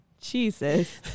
Jesus